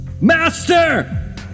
Master